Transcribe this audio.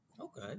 Okay